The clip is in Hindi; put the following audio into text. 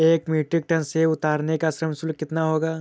एक मीट्रिक टन सेव उतारने का श्रम शुल्क कितना होगा?